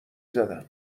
زدم